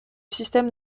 système